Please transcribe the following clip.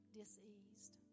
diseased